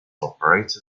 operated